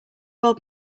old